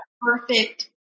perfect